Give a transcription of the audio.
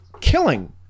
killing